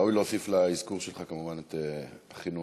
ראוי להוסיף לאזכור שלך כמובן את אחינו